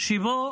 שבו